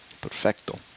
Perfecto